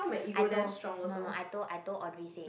I told no no I told I told Audrey say